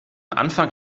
anfang